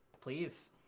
Please